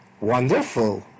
wonderful